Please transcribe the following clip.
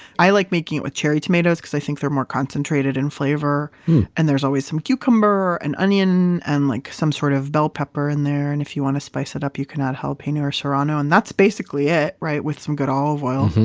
i like making it with cherry tomatoes because i think they're more concentrated in flavor and there's always some cucumber and onion and like some sort of bell pepper in there. and if you want to spice it up, you can add jalapeno or serrano and that's basically it with some good olive oil.